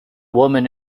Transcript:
woman